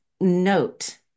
note